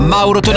Mauro